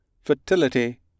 fertility